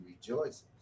rejoices